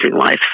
life